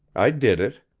i did it.